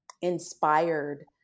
inspired